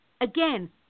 again